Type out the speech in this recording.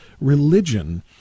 religion